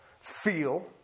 feel